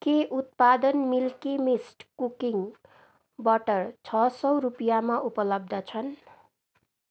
के उत्पादन Milky Mist cooking butter छ सौ रुपियाँमा उपलब्ध छन्